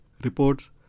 reports